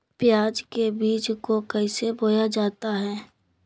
प्याज के बीज को कैसे बोया जाता है?